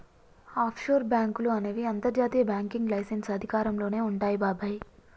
offshore బాంకులు అనేవి అంతర్జాతీయ బ్యాంకింగ్ లైసెన్స్ అధికారంలోనే వుంటాయి బాబాయ్